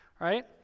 right